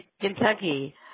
Kentucky